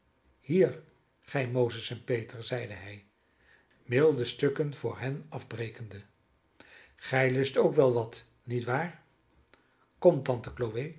hier gij mozes en peter zeide hij milde stukken voor hen afbrekende gij lust ook wel wat niet waar